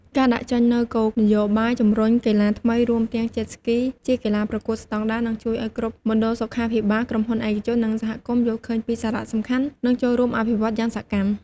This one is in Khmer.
ការដាក់ចេញនូវគោលនយោបាយជំរុញកីឡាថ្មី រួមទាំង Jet Ski ជាកីឡាប្រកួតស្ដង់ដារ នឹងជួយឱ្យគ្រប់មណ្ឌលសុខាភិបាល ក្រុមហ៊ុនឯកជន និងសហគមន៍ យល់ឃើញពីសារៈសំខាន់ និងចូលរួមអភិវឌ្ឍន៍យ៉ាងសកម្ម។